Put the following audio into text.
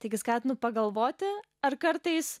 taigi skatinu pagalvoti ar kartais